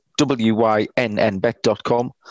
wynnbet.com